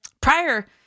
Prior